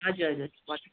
हजुर हजुर पर्छ